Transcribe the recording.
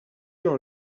dans